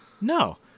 No